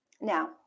Now